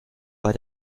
bei